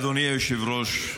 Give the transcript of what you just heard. אדוני היושב-ראש,